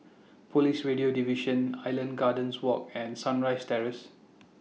Police Radio Division Island Gardens Walk and Sunrise Terrace